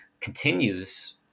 continues